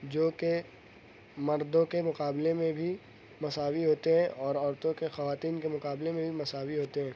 جوکہ مردوں کے مقابلے میں بھی مساوی ہوتے ہیں اور عورتوں کے خواتین کے مقابلے میں بھی مساوی ہوتے ہیں